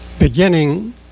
beginning